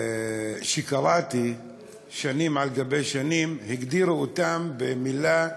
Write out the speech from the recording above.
כשקראתי שנים על גבי שנים, הגדירו אותם במילה: